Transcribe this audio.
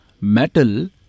metal